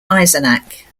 eisenach